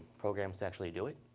programs to actually do it.